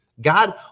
God